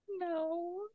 No